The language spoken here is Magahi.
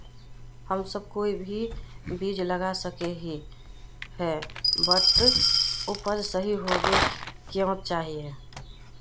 हम सब कोई भी बीज लगा सके ही है बट उपज सही होबे क्याँ चाहिए?